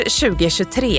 2023